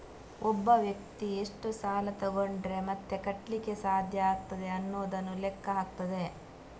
ಒಬ್ಬ ವ್ಯಕ್ತಿ ಎಷ್ಟು ಸಾಲ ತಗೊಂಡ್ರೆ ಮತ್ತೆ ಕಟ್ಲಿಕ್ಕೆ ಸಾಧ್ಯ ಆಗ್ತದೆ ಅನ್ನುದನ್ನ ಲೆಕ್ಕ ಹಾಕ್ತದೆ